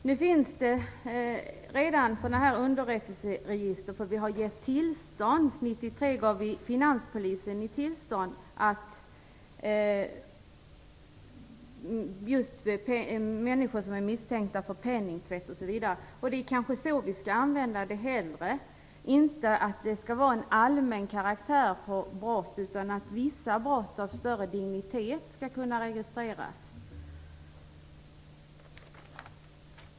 Nu finns det redan underrättelseregister. År 1993 gavs finanspolisen tillstånd att registrera människor som är misstänkta för penningtvätt, osv. Det är kanske så vi skall ha det, inte att det är fråga om brott av allmän karaktär, utan att vissa brott av större dignitet skall kunna registreras.